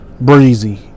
Breezy